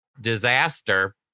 disaster